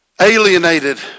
Alienated